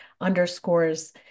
underscores